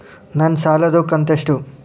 ನನ್ನ ಸಾಲದು ಕಂತ್ಯಷ್ಟು?